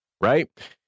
right